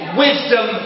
wisdom